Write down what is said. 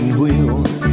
wheels